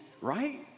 right